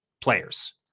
players